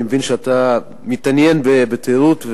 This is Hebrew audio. אני מבין שאתה מתעניין בתיירות,